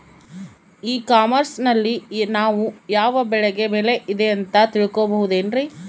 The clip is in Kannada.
ಇ ಕಾಮರ್ಸ್ ನಲ್ಲಿ ನಾವು ಯಾವ ಬೆಳೆಗೆ ಬೆಲೆ ಇದೆ ಅಂತ ತಿಳ್ಕೋ ಬಹುದೇನ್ರಿ?